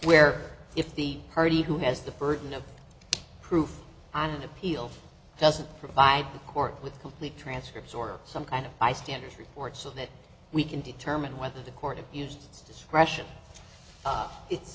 where if the party who has the burden of proof and appeal doesn't provide the court with complete transcripts or some kind of high standard report so that we can determine whether the court used discretion it's